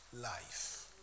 life